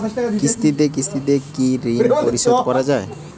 কিস্তিতে কিস্তিতে কি ঋণ পরিশোধ করা য়ায়?